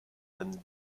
and